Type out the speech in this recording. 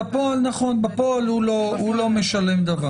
בפועל הוא לא משלם דבר.